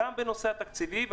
גם בנושא התקציבי.